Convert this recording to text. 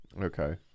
Okay